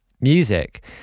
music